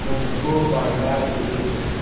kung fu panda three